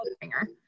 finger